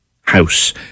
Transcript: house